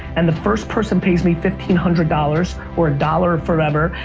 and the first person pays me fifteen hundred dollars, or a dollar forever,